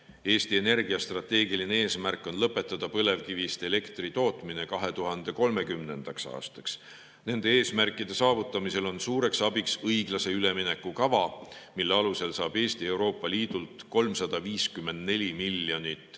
Eesti Energia strateegiline eesmärk on lõpetada põlevkivist elektri tootmine 2030. aastaks. Nende eesmärkide saavutamisel on suureks abiks õiglase ülemineku kava, mille alusel saab Eesti Euroopa Liidult 354 miljonit